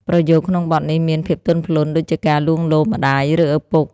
ប្រយោគក្នុងបទនេះមានភាពទន់ភ្លន់ ដូចជាការលួងលោមម្ដាយ ឬឪពុក។